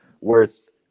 worth